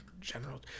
general